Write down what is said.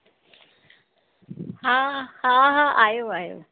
हा हा हा आहियो आहियो